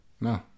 No